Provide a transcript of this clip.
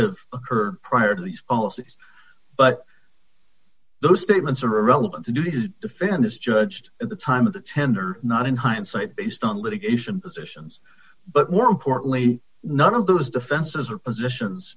occur prior to these policies but those statements are relevant to do is defend is judged at the time of the tender not in hindsight based on litigation positions but more importantly none of those defenses are positions